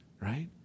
right